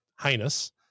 heinous